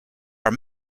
are